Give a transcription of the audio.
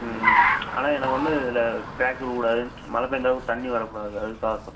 ம் ஆனால் எனக்கு வந்து இதில் கிராக் விழக்கூடாது மழ பேய்ஞ்சாலும் தண்ணி வரக்கூடாது அதுக்காக சொல்லுறேன்